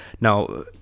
Now